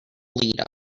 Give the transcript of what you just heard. lead